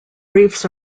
reefs